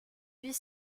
huit